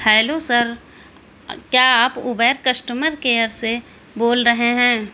hello sir کیا آپ Uber customer care سے بول رہے ہیں